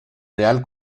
real